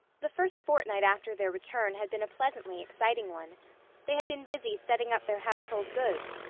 the first fortnight after their return had been a pleasantly exciting one they had been busy setting up their household goods,